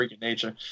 nature